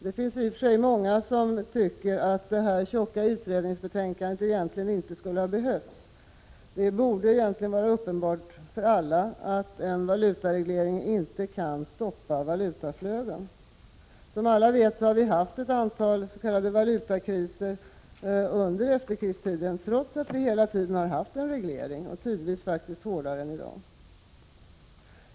I och för sig finns det många som tycker att det här tjocka utredningsbetänkandet egentligen inte skulle ha behövts — det borde vara uppenbart för alla att en valutareglering inte kan stoppa valutaflöden. Som alla vet har vi haft ett antal s.k. valutakriser under efterkrigstiden, trots att vi hela tiden har haft en reglering, tidvis faktiskt hårdare än i dag.